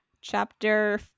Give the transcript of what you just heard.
chapter